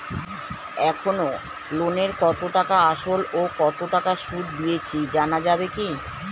এখনো লোনের কত টাকা আসল ও কত টাকা সুদ দিয়েছি জানা যাবে কি?